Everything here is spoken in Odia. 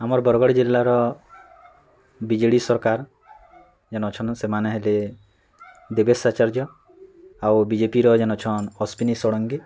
ଆମର୍ ବରଗଡ଼ ଜିଲ୍ଲାର ବି ଜେ ଡ଼ି ସରକାର୍ ଯେନ୍ ଅଛନ୍ ସେମାନେ ହେଲେ ଦେବେଶ୍ ଆଚାର୍ଯ୍ୟ ଆଉ ବିଜେପିର ଯେନ୍ ଅଛନ୍ ଅଶ୍ଵିନୀ ଷଡ଼ଙ୍ଗୀ